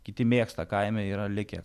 kiti mėgsta kaime yra likę